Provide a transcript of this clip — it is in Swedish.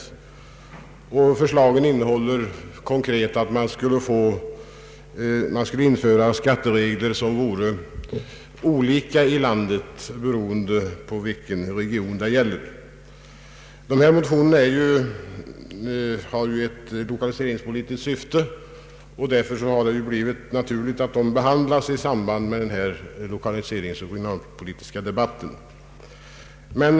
Förslagen innehåller konkret att skatteregler skall införas som är olika i landet beroende på vilken region det gäller. Motionerna har ett lokaliseringspolitiskt syfte, och därför är det naturligt att de behandlas i samband med denna lokaliseringsoch regionalpolitiska debatt.